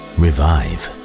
revive